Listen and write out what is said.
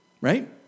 Right